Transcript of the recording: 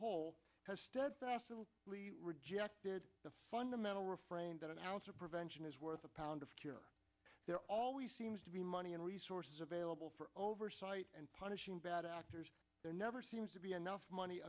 whole has steadfastly rejected the fundamental refrain that an ounce of prevention is worth a pound of cure there always seems to be money and resources available for oversight and punishing bad actors there never seems to be enough money